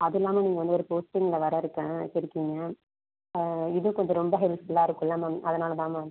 அதுவும் இல்லாமல் நீங்கள் வந்து ஒரு போஸ்ட்டிங்கில் வேறு இருக்கேன் இருக்கீங்க இதுவும் கொஞ்சம் ரொம்ப ஹெல்ப்ஃபுல்லாக இருக்கும்ல மேம் அதனால் தான் மேம்